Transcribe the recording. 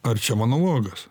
ar čia monologas